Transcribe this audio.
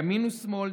ימין ושמאל,